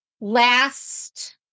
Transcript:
last